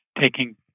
taking